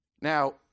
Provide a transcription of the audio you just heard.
Now